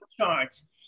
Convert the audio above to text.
charts